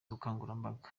ubukangurambaga